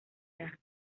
edad